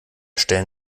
stellen